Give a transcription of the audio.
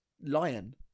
lion